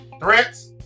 threats